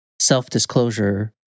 self-disclosure